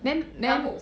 then then